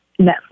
Netflix